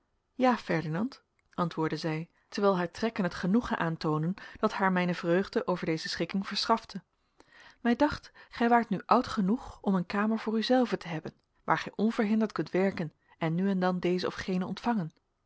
ja ferdinand antwoordde zij terwijl haar trekken het genoegen aantoonden dat haar mijne vreugde over deze schikking verschafte mij dacht gij waart nu oud genoeg om een kamer voor n zelven te hebben waar gij onverhinderd kunt werken en nu en dan dezen of genen ontvangen